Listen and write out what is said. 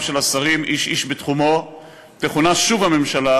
של השרים איש-איש בתחומו תכונס שוב הממשלה,